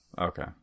Okay